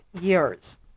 years